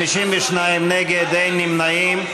52 נגד, אין נמנעים.